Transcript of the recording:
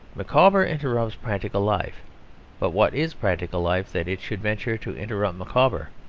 micawber interrupts practical life but what is practical life that it should venture to interrupt micawber?